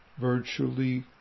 virtually